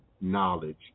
knowledge